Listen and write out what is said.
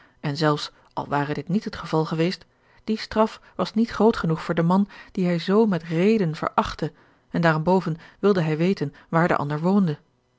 en zelfs al ware dit niet het geval geweest die straf was niet groot genoeg voor den man dien hij zoo met reden verachtte en daarenboven wilde hij weten waar de andere woonde